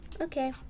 Okay